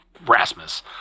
Rasmus